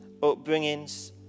upbringings